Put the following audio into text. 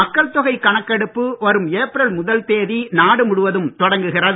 மக்கள்தொகை கணக்கெடுப்பு வரும் ஏப்ரல் முதல் தேதி நாடு முழுவதும் தொடங்குகிறது